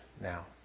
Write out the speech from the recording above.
now